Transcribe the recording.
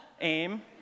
aim